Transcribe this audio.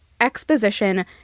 exposition